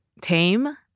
tame